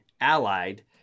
Allied